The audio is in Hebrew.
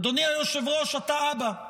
אדוני היושב-ראש, אתה אבא.